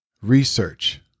Research